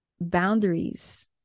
boundaries